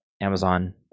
Amazon